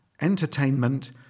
entertainment